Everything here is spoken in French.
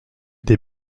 des